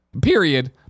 period